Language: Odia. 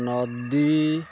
ନଦୀ